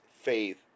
faith